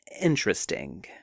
interesting